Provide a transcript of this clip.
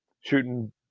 shooting